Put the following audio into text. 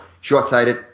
short-sighted